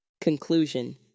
Conclusion